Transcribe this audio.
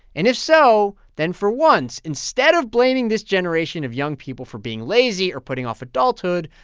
and if so, then, for once, instead of blaming this generation of young people for being lazy or putting off adulthood,